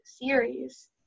series